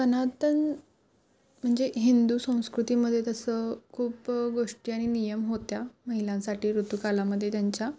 सनातन म्हणजे हिंदू संस्कृतीमध्ये तसं खूप गोष्टी आणि नियम होत्या महिलांसाठी ऋतूकालामध्ये त्यांच्या